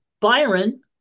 Byron